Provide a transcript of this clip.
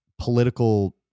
political